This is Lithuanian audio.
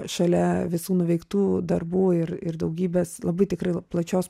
šalia visų nuveiktų darbų ir ir daugybės labai tikrai plačios